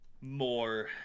more